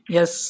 Yes